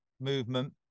movement